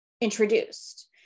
introduced